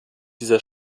dieser